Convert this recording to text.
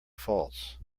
false